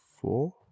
four